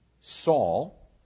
Saul